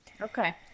Okay